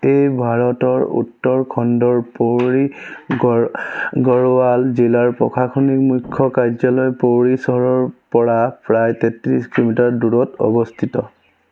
ই ভাৰতৰ উত্তৰখণ্ডৰ পৌৰী গ গড়ৱাল জিলাৰ প্ৰশাসনিক মুখ্য কাৰ্যালয় পৌৰী চহৰৰ পৰা প্ৰায় তেত্ৰিছ কিলোমিটাৰ দূৰত অৱস্থিত